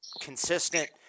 consistent